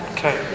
Okay